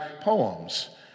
poems